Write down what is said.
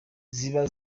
ziba